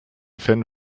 fan